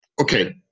Okay